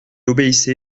obéissait